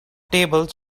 tables